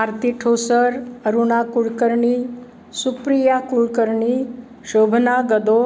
Aarti Thosar Aruna Kulkarni Supriya Kulkarni Shobhana Gado